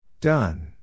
Done